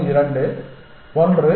32 1 1